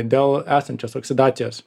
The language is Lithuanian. dėl esančios oksidacijos